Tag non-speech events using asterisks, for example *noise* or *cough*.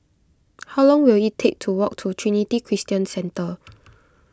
*noise* how long will it take to walk to Trinity Christian Centre